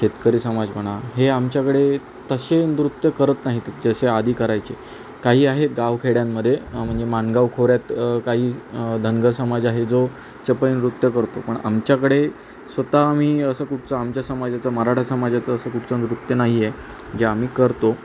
शेतकरी समाज म्हणा हे आमच्याकडे तसे नृत्य करत नाहीत जसे आधी करायचे काही आहेत गावखेड्यांमध्ये म्हणजे मानगाव खोऱ्यात काही धनगर समाज आहे जो चपळी नृत्य करतो पण आमच्याकडे स्वतः मी असं कुठचं आमच्या समाजाचं मराठा समाजाचं असं कुठचं नृत्य नाही आहे जे आम्ही करतो